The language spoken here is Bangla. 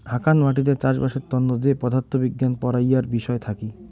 হাকান মাটিতে চাষবাসের তন্ন যে পদার্থ বিজ্ঞান পড়াইয়ার বিষয় থাকি